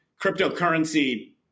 Cryptocurrency